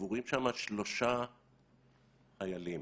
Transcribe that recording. קבורים שם שלושה חיילים,